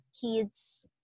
kids